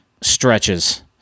stretches